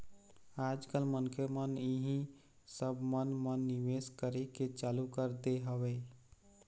आज कल मनखे मन इही सब मन म निवेश करे के चालू कर दे हवय